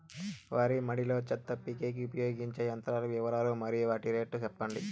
వరి మడి లో చెత్త పీకేకి ఉపయోగించే యంత్రాల వివరాలు మరియు వాటి రేట్లు చెప్పండి?